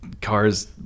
cars